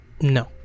No